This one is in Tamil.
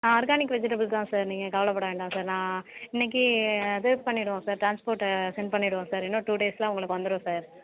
ஆ ஆர்கானிக் வெஜிடபுள் தான் சார் நீங்கள் கவலைப்பட வேண்டாம் சார் நான் இன்றைக்கு அட்ஜெஸ் பண்ணிவிடுவோம் சார் ட்ரான்ஸ்போர்கிட்ட சென்ட் பண்ணிவிடுவோம் சார் இன்னொரு டூ டேஸில் உங்களுக்கு வந்துவிடும் சார்